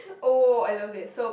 oh I love it so